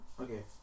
Okay